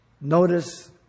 Notice